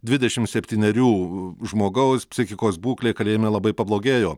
dvidešim septunerių žmogaus psichikos būklė kalėjime labai pablogėjo